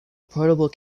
portable